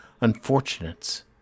unfortunates